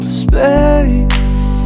space